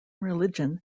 religion